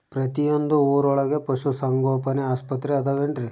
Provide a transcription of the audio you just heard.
ಪ್ರತಿಯೊಂದು ಊರೊಳಗೆ ಪಶುಸಂಗೋಪನೆ ಆಸ್ಪತ್ರೆ ಅದವೇನ್ರಿ?